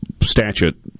statute –